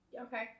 Okay